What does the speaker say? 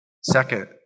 Second